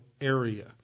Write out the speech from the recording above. area